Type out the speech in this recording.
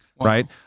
right